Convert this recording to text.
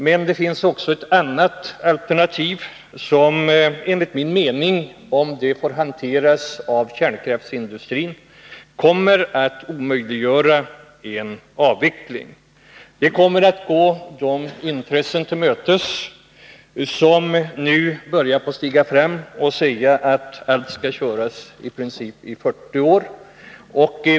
Men det finns också ett annat alternativ som enligt min mening, om det får hanteras av kärnkraftsindustrin, kommer att omöjliggöra en avveckling. Det kommer att gå de intressen till mötes som nu börjar stiga fram och säga att allt i princip skall köras i 40 år.